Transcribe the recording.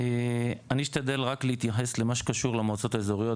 אני אשתדל להתייחס רק למועצות האזוריות,